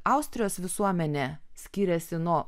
austrijos visuomenė skiriasi nuo